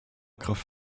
kraft